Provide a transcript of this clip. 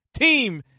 team